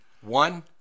one